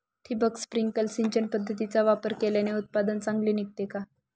ठिबक, स्प्रिंकल सिंचन पद्धतीचा वापर केल्याने उत्पादन चांगले निघते का?